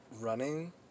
running